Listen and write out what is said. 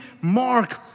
Mark